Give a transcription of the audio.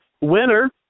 winner